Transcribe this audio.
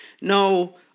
No